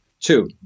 Two